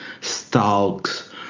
stalks